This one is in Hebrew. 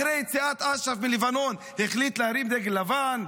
אחרי יציאת אש"ף מלבנון החליט להרים דגל לבן?